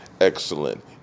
excellent